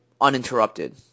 uninterrupted